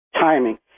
timing